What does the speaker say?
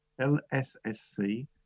LSSC